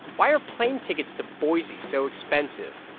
why are plane tickets to boise so expensive?